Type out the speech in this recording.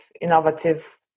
innovative